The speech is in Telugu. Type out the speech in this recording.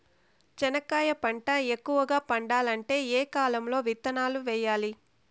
చెనక్కాయ పంట ఎక్కువగా పండాలంటే ఏ కాలము లో విత్తనాలు వేయాలి?